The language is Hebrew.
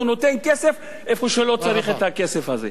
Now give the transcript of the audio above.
הוא נותן כסף איפה שלא צריך את הכסף הזה.